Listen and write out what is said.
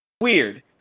weird